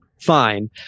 fine